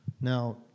Now